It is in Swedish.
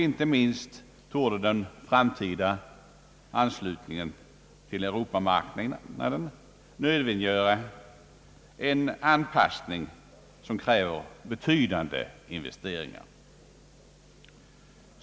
Icke minst torde den framtida anslutningen till Europamarknaden nödvändiggöra en anpassning som kräver betydande investeringar.